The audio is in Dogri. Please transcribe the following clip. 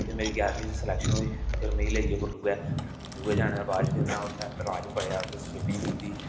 फिर मेरी ग्याहरमी च स्लैक्शन होई फिर मिगी लेई गे कठुऐ कठुऐ जाने दे बाद च फिर में उत्थै तला च बडे़आ उत्थै स्बिमिंग कीती